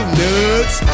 nuts